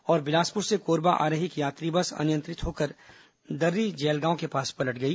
और बिलासपुर से कोरबा आ रही एक यात्री बस अनियंत्रित होकर दर्शी जैलगाव के पास पलट गई